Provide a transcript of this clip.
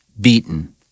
beaten